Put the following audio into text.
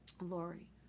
Lori